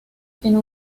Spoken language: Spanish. tiene